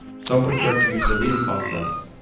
some prefer to use a really fast lens,